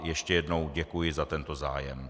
Ještě jednou děkuji za tento zájem.